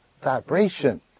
vibration